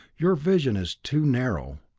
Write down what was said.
your vision is too narrow.